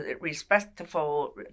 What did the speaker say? respectful